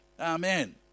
Amen